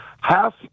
Half